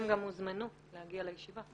הם גם הוזמנו להגיע לישיבה.